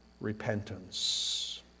repentance